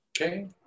Okay